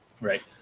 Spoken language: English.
Right